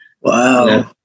Wow